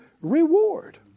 reward